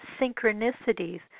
synchronicities